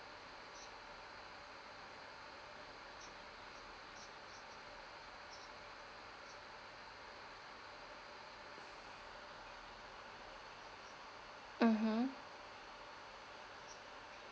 mmhmm